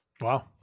Wow